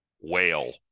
whale